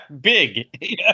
Big